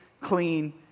clean